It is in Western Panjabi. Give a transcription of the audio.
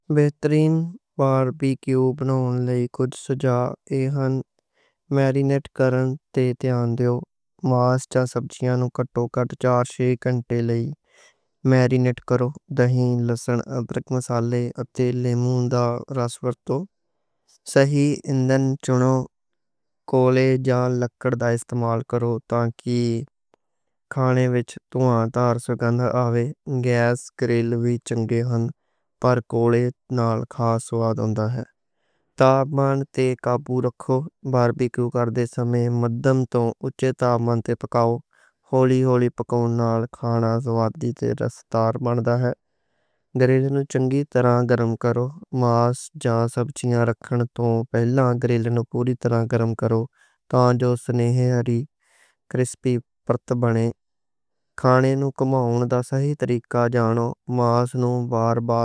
بہترین باربیکیو بناں لئی کجھ سوجھاؤ ایں، میرینیٹ کرن تے۔ تے آندے او ماس جا سبزیاں نوں کٹوں کٹ چار چھے گھنٹے لئی میرینیٹ۔ کرو، دہی، لہسن، بیسک مصالحے اتے لیمن دا رس ورتو。صحیح اندھن چنّو، کولے جاں لکڑ دا استعمال کرو تاں کہ کھانے۔ وچ توانوں تار سوگندھ آوے، گیس گرل وی چنگے ہن پر کولے نال۔ کھانا سواد آؤندا ہے، تابمان تے قابو رکھو باربیکیو کر دے سمیں۔ مدھم توں اچھے تابمان تے پکاؤ، ہولی ہولی پکاون نال کھانا۔ سواد دا تے رسدار بندا ہے، گرل نوں چنگی طرح گرم کرو ماس۔ جا سبزیاں رکھن توں پہلاں گرل نوں پوری طرح گرم کرو تاں جو۔ سنیہری کرسپی پرت بنے، کھانے نوں کماون دا صحیح طریقہ جانو۔ ماس نوں بار بار گرم کرو، گرل نوں چنگی طرح گرم، ماس جا سبزیاں۔